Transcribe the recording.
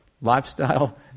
lifestyle